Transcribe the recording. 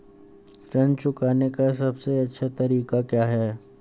ऋण चुकाने का सबसे अच्छा तरीका क्या है?